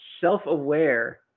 self-aware